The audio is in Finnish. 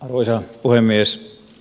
arvoisa puhemies